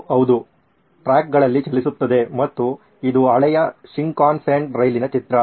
ಇದು ಹೌದು ಟ್ರ್ಯಾಕ್ಗಳಲ್ಲಿ ಚಲಿಸುತ್ತದೆ ಮತ್ತು ಇದು ಹಳೆಯ ಶಿಂಕಾನ್ಸೆನ್ ರೈಲಿನ ಚಿತ್ರ